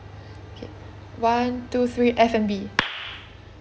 okay one two three F&B